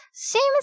seems